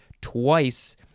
twice